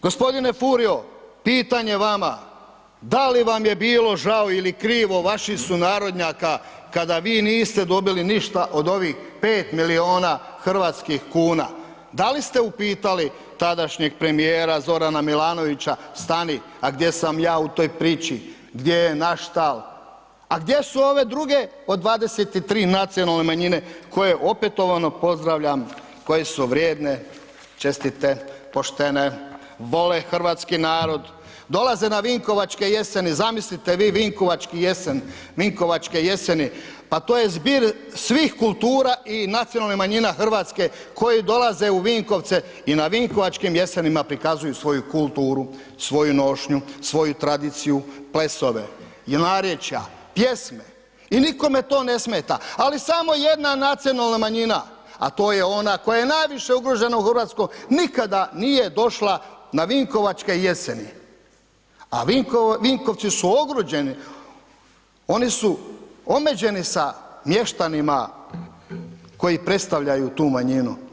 Gospodine Furio, pitanje vama, da li vam je bilo žao ili krivo vaših sunarodnjaka kada vi niste dobili ništa od ovih pet milijuna hrvatskih kuna, da li ste upitali tadašnjeg premijera Zorana Milanovića, stani, a gdje sam ja u toj priči, gdje je naš tal, a gdje su ove druge od 23 nacionalne manjine koje opetovano pozdravljam, koje su vrijedne, čestite, poštene, vole hrvatski narod, dolaze na Vinkovačke jeseni, zamislite vi Vinkovačke jeseni, pa to je zbir svih kultura i nacionalnih manjina Hrvatske koji dolaze u Vinkovce i na vinkovačkim jesenima prikazuju svoju kulturu, svoju nošnju, svoju tradiciju, plesove i narječja, pjesme i nikome to ne smeta, ali samo jedna nacionalna manjina, a to je ona koja je najviše ugrožena u Hrvatskoj nikada nije došla na Vinkovačke jeseni, a Vinkovci su ogruđeni, oni su omeđeni sa mještanima koji predstavljaju tu manjinu.